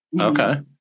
Okay